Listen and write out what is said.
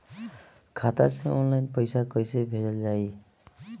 खाता से ऑनलाइन पैसा कईसे भेजल जाई?